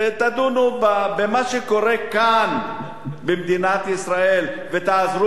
תדונו במה שקורה כאן במדינת ישראל ותעזרו